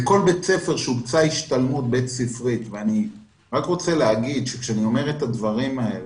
לכל בית ספר הוצעה השתלמות בית ספרית כשאני אומר את הדברים האלה,